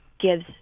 gives